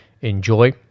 enjoy